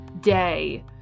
day